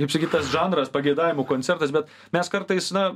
kaip sakyt tas žanras pageidavimų koncertas bet mes kartais na